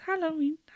halloween